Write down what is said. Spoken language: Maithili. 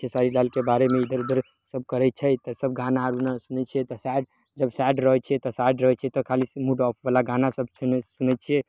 खेसारी लालके बारेमे इधर उधर सब करै छै तब गाना उना सुनै छियै तऽ साइड जब साइड रहै छियै तऽ साइड रहय छिअय तऽ खाली मुड ऑफ बला गाना सब सुनय सुनय छिअय